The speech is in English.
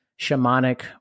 shamanic